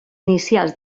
inicials